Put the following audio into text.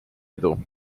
edu